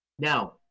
Now